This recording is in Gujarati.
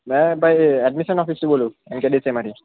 મેં ભાઈ એડમિશન ઓફિસથી બોલું એન કે દેસાઈમાંથી